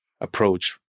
approach